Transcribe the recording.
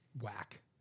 whack